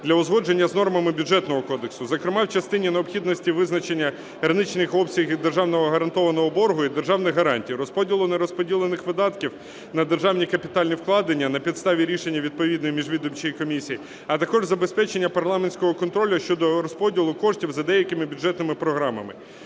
для узгодження з нормами Бюджетного кодексу, зокрема, в частині необхідності визначення граничних обсягів державного гарантованого боргу і державних гарантій, розподілу нерозподілених видатків на державні капітальні вкладення на підставі рішення відповідної міжвідомчої комісії, а також забезпечення парламентського контролю щодо розподілу коштів за деякими бюджетними програмами.